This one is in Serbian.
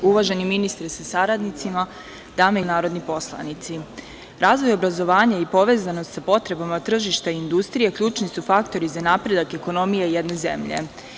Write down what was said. Uvaženi ministre sa saradnicima, dame i gospodo narodni poslanici, razvoj obrazovanja i povezanost sa potreba tržišta industrije ključni su faktori za napredak ekonomije jedne zemlje.